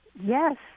Yes